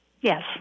Yes